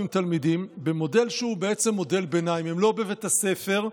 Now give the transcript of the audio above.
תלמידים במודל ביניים: הם לא בבית הספר,